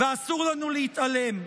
ואסור לנו להתעלם.